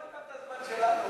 תיתן לו גם את הזמן שלנו.